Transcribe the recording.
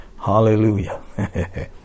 Hallelujah